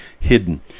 hidden